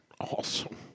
awesome